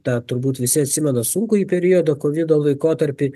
tą turbūt visi atsimena sunkųjį periodą kovido laikotarpį